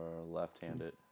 Left-handed